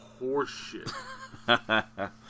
horseshit